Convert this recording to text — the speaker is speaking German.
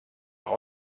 auch